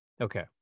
Okay